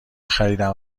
خریدم